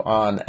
on